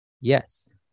Yes